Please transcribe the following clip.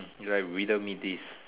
you like riddle me this